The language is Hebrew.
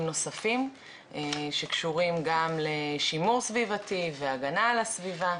נוספים שקשורים גם לשימור סביבתי והגנה על הסביבה.